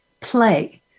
play